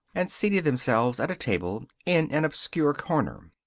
and seated themselves at a table in an obscure corner.